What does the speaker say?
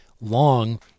long